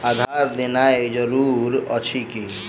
आधार देनाय जरूरी अछि की?